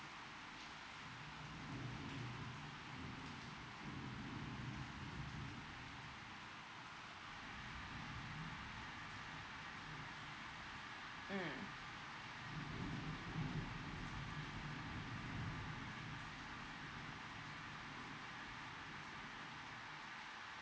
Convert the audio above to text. um